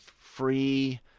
free